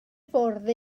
fwrdd